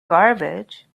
garbage